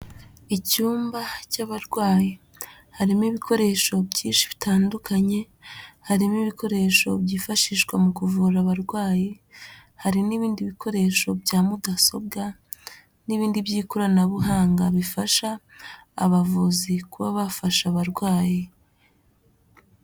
Icyumba cy'abarwayi, harimo ibikoresho byinshi bitandukanye, harimo ibikoresho byifashishwa mu kuvura abarwayi, hari n'ibindi bikoresho bya mudasobwa, n'ibindi by'ikoranabuhanga bifasha abavuzi kuba bafasha abarwayi.